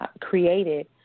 created